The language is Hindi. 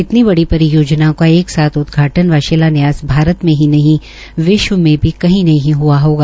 इतनी बड़ी परियोजनाओं का एक साथ उदघाटन् व शिलान्यास भारत में ही नहीं विश्व में भी कही नहीं हआ होगा